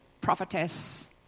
prophetess